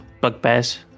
bugbears